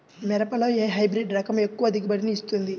మిరపలో ఏ హైబ్రిడ్ రకం ఎక్కువ దిగుబడిని ఇస్తుంది?